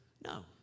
No